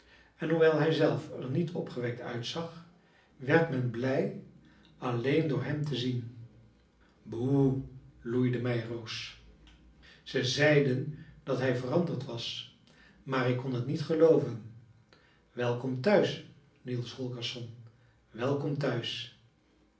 en hoewel hij zelf er niet opgewekt uitzag werd men blij alleen door hem te zien boe loeide meiroos ze zeiden dat hij veranderd was maar ik kon het niet gelooven welkom thuis niels holgersson welkom thuis